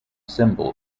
symbol